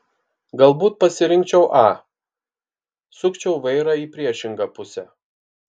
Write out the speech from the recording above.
galbūt pasirinkčiau a sukčiau vairą į priešingą pusę